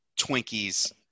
Twinkies